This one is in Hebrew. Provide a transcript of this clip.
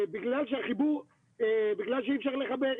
בגלל שאי אפשר לחבר,